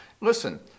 Listen